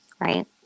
Right